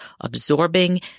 absorbing